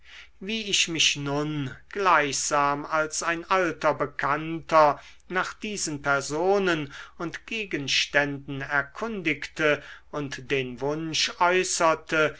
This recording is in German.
wie ich mich nun gleichsam als ein alter bekannter nach diesen personen und gegenständen erkundigte und den wunsch äußerte